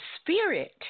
spirit